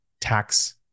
tax